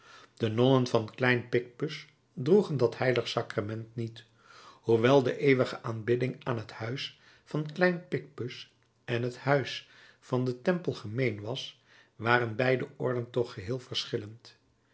de nonnen van klein picpus droegen dat h sacrament niet hoewel de eeuwige aanbidding aan het huis van klein picpus en het huis van den tempel gemeen was waren beide orden toch geheel verschillend